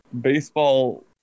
baseball